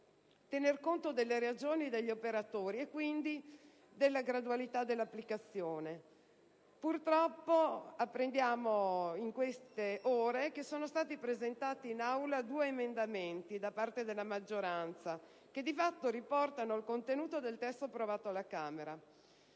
tener conto delle ragioni degli operatori, e quindi della gradualità dell'applicazione. Purtroppo, apprendiamo in queste ore che sono stati presentati in Aula due emendamenti da parte della maggioranza che di fatto riportano al contenuto del testo approvato alla Camera.